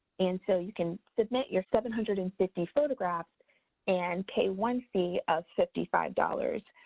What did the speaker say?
and so, you can submit your seven hundred and fifty photographs and pay one fee of fifty five dollars.